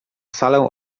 salę